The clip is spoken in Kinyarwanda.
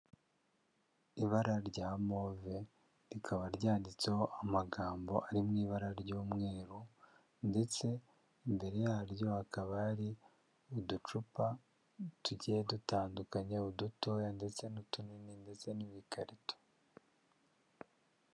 Ibara rya move rikaba ryanditseho amagambo ari mu ibara ry'umweru, ndetse imbere yaryo hakaba hari uducupa tugiye dutandukanye udutoya ndetse n'utunini ndetse n'ibikarito.